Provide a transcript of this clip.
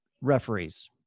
referees